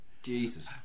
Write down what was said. Jesus